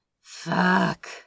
fuck